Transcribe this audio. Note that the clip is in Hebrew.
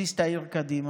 מזיז את העיר קדימה,